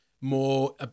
more